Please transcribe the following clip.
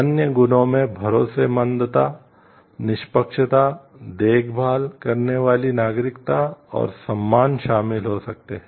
अन्य गुणों में भरोसेमंदता निष्पक्षता देखभाल करने वाली नागरिकता और सम्मान शामिल हो सकते हैं